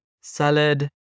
salad